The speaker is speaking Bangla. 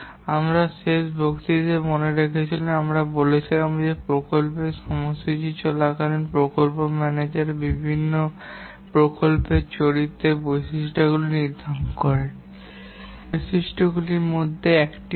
আপনি যদি শেষ বক্তৃতায় মনে রাখেন আমরা বলছিলাম যে প্রকল্পের সময়সূচী চলাকালীন প্রকল্প ম্যানেজার বিভিন্ন প্রকল্পের চরিত্রের বৈশিষ্ট্যগুলি নির্ধারণ করেন এবং তারপরে এই বৈশিষ্ট্যগুলির উপর ভিত্তি করে প্রকল্পটি পরিচালনা করেন